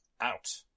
out